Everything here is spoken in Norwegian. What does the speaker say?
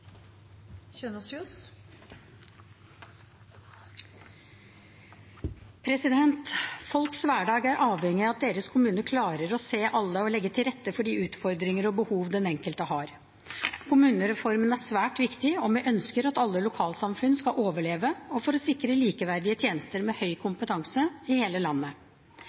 omme. Folks hverdag er avhengig av at deres kommune klarer å se alle og legge til rette for de utfordringer og behov den enkelte har. Kommunereformen er svært viktig om vi ønsker at alle lokalsamfunn skal overleve, og for å sikre likeverdige tjenester med høy kompetanse i hele landet.